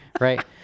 right